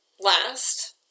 last